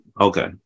Okay